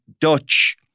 Dutch